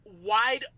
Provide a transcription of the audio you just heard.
wide